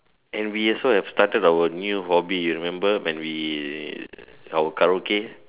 and we also have started our new hobby you remember when we our Karaoke